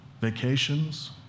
vacations